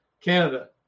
Canada